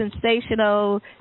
sensational